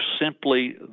simply